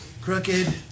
Crooked